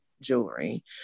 jewelry